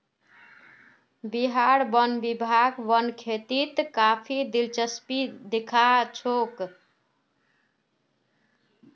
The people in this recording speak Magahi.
बिहार वन विभाग वन खेतीत काफी दिलचस्पी दखा छोक